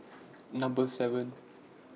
Number seven